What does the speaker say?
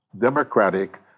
democratic